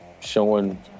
showing